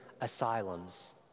asylums